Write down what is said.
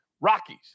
Rockies